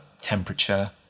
temperature